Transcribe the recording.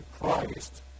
Christ